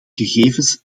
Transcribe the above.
gegevens